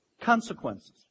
Consequences